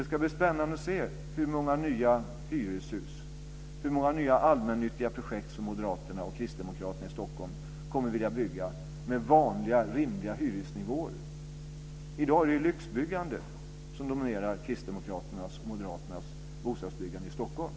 Det ska bli spännande att se hur många nya hyreshus, hur många nya, allmännyttiga projekt, som Moderaterna och Kristdemokraterna i Stockholm kommer att vilja bygga - med vanliga, rimliga hyresnivåer. I dag är det ju lyxbyggande som dominerar Kristdemokraternas och Moderaternas bostadsbyggande i Stockholm.